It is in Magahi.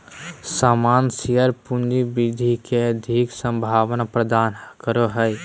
सामान्य शेयर पूँजी वृद्धि के अधिक संभावना प्रदान करो हय